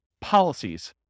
policies